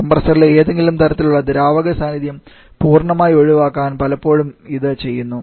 കംപ്രസ്സറിലെ ഏതെങ്കിലും തരത്തിലുള്ള ദ്രാവക സാന്നിധ്യം പൂർണ്ണമായും ഒഴിവാക്കാൻ പലപ്പോഴും ഇത് ചെയ്യുന്നു